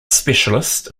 specialist